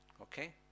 Okay